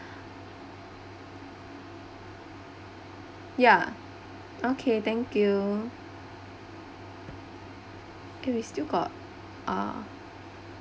ya okay thank you okay we still got ah